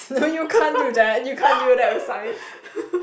no you can't do that you can't do that with science